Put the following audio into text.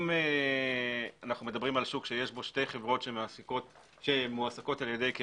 אם אנו מדברים על שוק שיש בו שתי חברות שמועסקות על ידי,